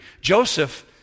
Joseph